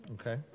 Okay